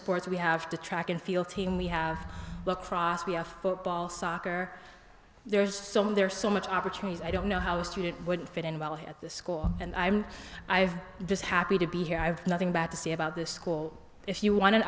sports we have to track and field team we have the cross be a football soccer there's some there's so much opportunities i don't know how student would fit in well at the school and i'm i just happy to be here i have nothing bad to say about this school if you want an